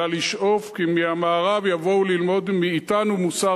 אלא לשאוף כי מהמערב יבואו ללמוד מאתנו מוסר